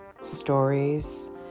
stories